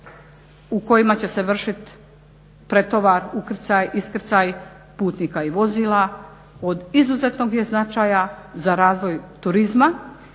u kojima će se vršiti pretovar, ukrcaj, iskrcaj putnika i vozila od izuzetnog je značaja za razvoj turizma